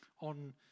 on